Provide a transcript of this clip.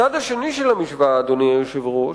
בצד השני של המשוואה, אדוני היושב-ראש,